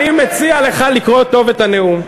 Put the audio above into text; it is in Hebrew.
אני מציע לך לקרוא טוב את הנאום.